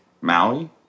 Maui